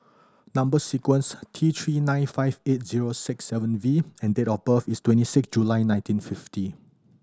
number sequence T Three nine five eight zero six seven V and date of birth is twenty six July nineteen fifty